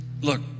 look